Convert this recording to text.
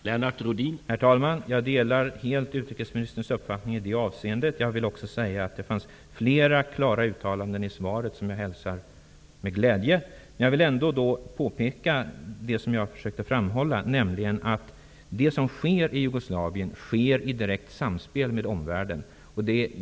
Herr talman! Jag delar helt utrikesministerns uppfattning i det avseendet. Jag vill också säga att det i svaret fanns flera klara uttalanden som jag hälsar med glädje. Jag vill ändå peka på det som jag försökte framhålla, nämligen att det som sker i f.d. Jugoslavien sker i direkt samspel med omvärlden.